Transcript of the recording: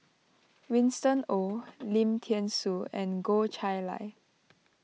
Winston Oh Lim thean Soo and Goh Chiew Lye